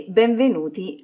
benvenuti